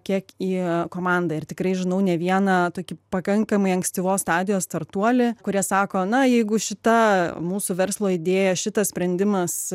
kiek į komandą ir tikrai žinau ne vieną tokį pakankamai ankstyvos stadijos startuolį kurie sako na jeigu šita mūsų verslo idėja šitas sprendimas